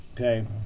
Okay